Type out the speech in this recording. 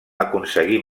aconseguir